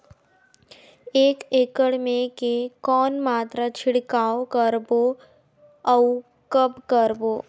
एक एकड़ मे के कौन मात्रा छिड़काव करबो अउ कब करबो?